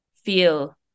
feel